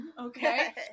okay